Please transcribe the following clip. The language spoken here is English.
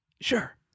sure